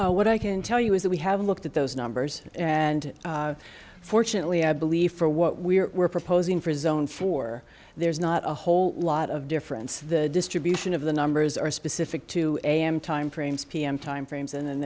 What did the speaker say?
clues what i can tell you is that we haven't looked at those numbers and fortunately i believe for what we were proposing for a zone for there's not a whole lot of difference the distribution of the numbers are specific to am time frames pm time frames and then